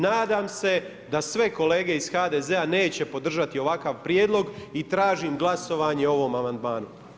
Nadam se da sve kolege iz HDZ-a neće podržati ovakav prijedlog i tražim glasovanje o ovom amandmanu.